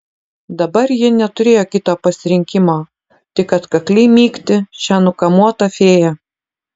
dabar ji neturėjo kito pasirinkimo tik atkakliai mygti šią nukamuotą fėją